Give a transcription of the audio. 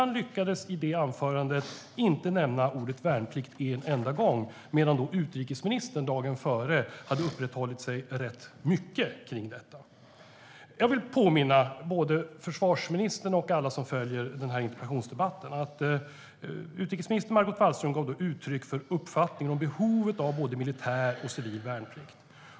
Han lyckades i det anförandet med att inte nämna ordet värnplikt en enda gång - medan utrikesministern dagen före hade uppehållit sig rätt mycket vid detta. Jag vill påminna både försvarsministern och alla som följer den här interpellationsdebatten om att utrikesminister Margot Wallström gav uttryck för uppfattningen om behovet av både militär och civil värnplikt.